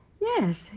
Yes